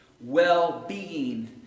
well-being